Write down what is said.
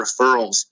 referrals